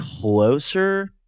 closer